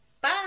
Bye